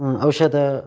औषधम्